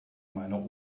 meiner